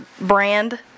brand